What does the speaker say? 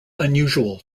unusual